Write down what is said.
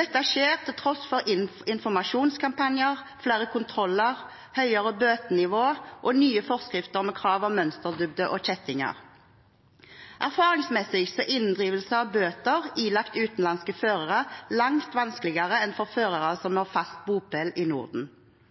Dette skjer til tross for informasjonskampanjer, flere kontroller, høyere bøtenivå og nye forskrifter med krav om mønsterdybde og kjettinger. Erfaringsmessig er inndrivelse av bøter ilagt utenlandske førere langt vanskeligere enn for førere som har fast bopel i Norden.